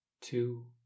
Two